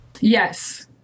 Yes